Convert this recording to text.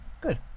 Good